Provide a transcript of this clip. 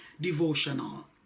Devotional